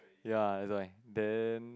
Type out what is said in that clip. ya is like then